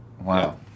Wow